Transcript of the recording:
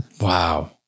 wow